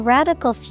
Radical